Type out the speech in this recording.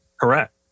Correct